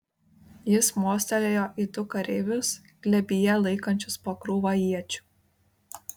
jis mostelėjo į du kareivius glėbyje laikančius po krūvą iečių